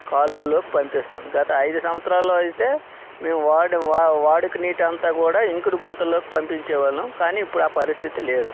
కాలువలలోకి పంపిస్తాము గత ఐదు సంవత్సరాలలో అయితే మేము వాడుక నీటిని అంతా కూడా ఇంకుడు గుంతలలోకి పంపించే వాళ్ళం కానీ ఇప్పుడు ఆ పరిస్థితి లేదు